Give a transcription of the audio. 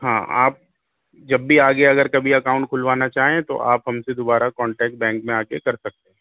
ہاں آپ جب بھی آگے اگر کبھی اکاؤنٹ کھلوانا چاہیں تو آپ ہم سے دوبارہ کانٹیکٹ بینک میں آکے کر سکتے ہیں